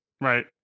right